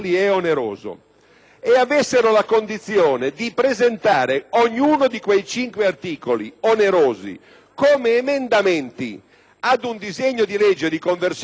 decidessero di presentare ognuno di quei cinque articoli onerosi come emendamenti al disegno di legge di conversione del decreto-legge,